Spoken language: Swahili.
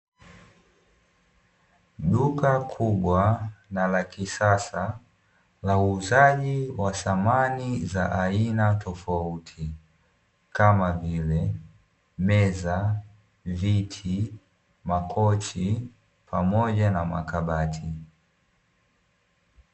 Duka kubwa na la kisasa la uuzaji wa samani za aina tofauti, kama vile meza, viti, makochi, pamoja na makabati.